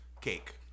cake